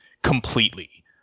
completely